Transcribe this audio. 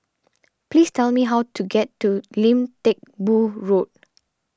please tell me how to get to Lim Teck Boo Road